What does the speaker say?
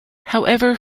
however